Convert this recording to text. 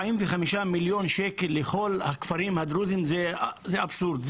45 מיליון שקל לכל הכפרים הדרוזים זה אבסורד,